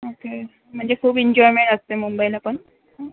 okay म्हणजे खूप enjoyment असते मुंबईला पण